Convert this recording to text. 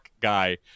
guy